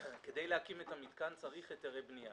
כדי להקים את המתקן צריך היתרי בנייה.